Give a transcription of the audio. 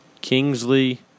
Kingsley